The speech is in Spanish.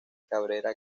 cabrera